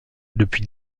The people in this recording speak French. depuis